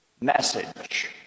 message